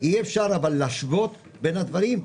אי אפשר אבל להשוות בין הדברים,